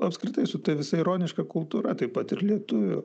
apskritai su ta visa ironiška kultūra taip pat ir lietuvių